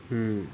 hmm